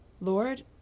Lord